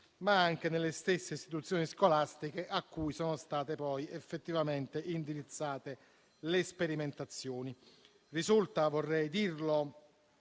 ma anche nelle stesse istituzioni scolastiche a cui sono state poi effettivamente indirizzate le sperimentazioni.